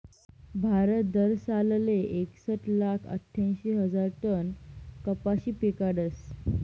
भारत दरसालले एकसट लाख आठ्यांशी हजार टन कपाशी पिकाडस